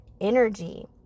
energy